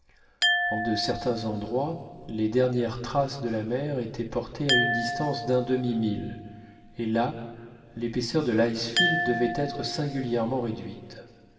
en de certains endroits les dernières traces de la mer étaient portées à une distance d'un demi-mille et là l'épaisseur de l'icefield devait être singulièrement réduite